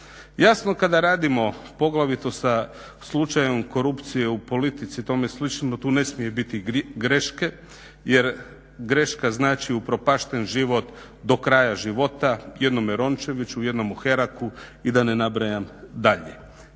Jasno kada radimo, poglavito sa slučajem korupcije u politici i tome slično, da tu ne smije biti greške jer greška znači upropašten život do kraja života, jednome Rončeviću, jednomu Heraku i da ne nabrajam dalje.